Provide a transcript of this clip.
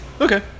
Okay